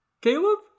Caleb